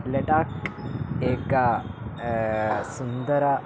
लडाख् एकः सुन्दरः